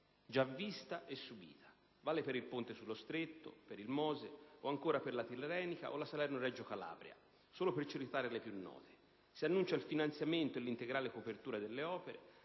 già vista e subita: vale per il Ponte sullo Stretto, per il MOSE o ancora per la Tirrenica e la Salerno-Reggio Calabria, solo per citare le più note. Si annuncia il finanziamento e l'integrale copertura delle opere,